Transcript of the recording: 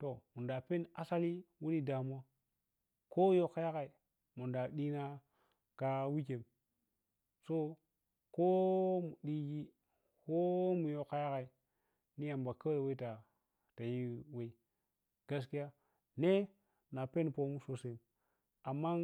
to ninda pon asalei damuwa keyoka yagai mumdari dinga ka wicchen so ko mun diji ko munyow kayagai ni yamba kawai wets yim kui gaskiya ne na penu ponum sosan amman.